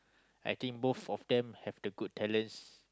I think both of them have the good talents